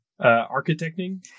Architecting